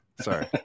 sorry